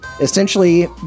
Essentially